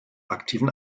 aktiven